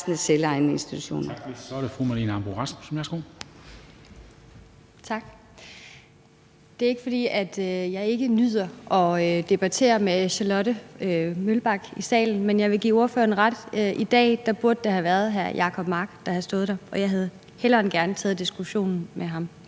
Tak. Det er ikke, fordi jeg ikke nyder at debattere med fru Charlotte Broman Mølbæk i salen, men jeg vil give hende ret i, at det i dag burde have været hr. Jacob Mark, der stod her, og jeg havde hellere end gerne taget diskussionen med ham.